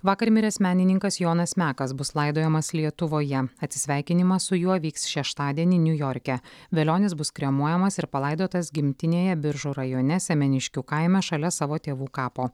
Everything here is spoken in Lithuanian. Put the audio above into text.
vakar miręs menininkas jonas mekas bus laidojamas lietuvoje atsisveikinimas su juo vyks šeštadienį niujorke velionis bus kremuojamas ir palaidotas gimtinėje biržų rajone semeniškių kaime šalia savo tėvų kapo